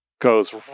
goes